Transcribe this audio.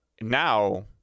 Now